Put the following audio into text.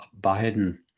Biden